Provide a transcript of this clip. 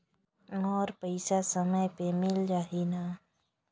मोर पइसा समय पे मिल जाही न?